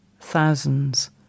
thousands